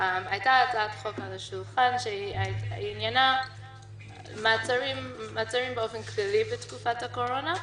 עלתה על השולחן הצעת חוק שעניינה מעצרים באופן כללי בתקופת הקורונה,